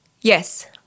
Yes